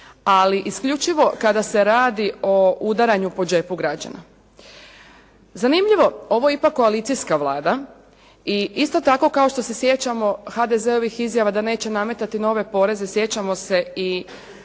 ali isključivo kada se radi o udaranju po džepu građana. Zanimljivo, ovo je ipak koalicijska Vlada i isto tako kao što se sjećamo HDZ-ovih izjava da neće nametati nove poreze, sjećamo se i